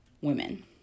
Women